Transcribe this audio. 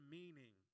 meaning